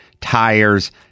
tires